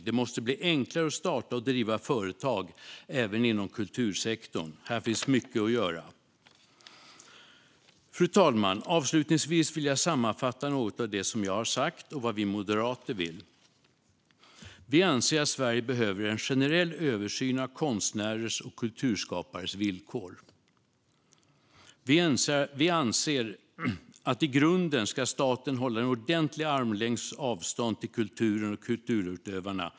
Det måste bli enklare att starta och driva företag, även inom kultursektorn. Här finns mycket att göra. Fru talman! Avslutningsvis vill jag sammanfatta något av det jag har sagt och vad vi moderater vill. Vi anser att Sverige behöver en generell översyn av konstnärers och kulturskapares villkor. Vi anser att staten i grunden ska hålla en ordentlig armlängds avstånd till kulturen och kulturutövarna.